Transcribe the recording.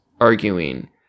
arguing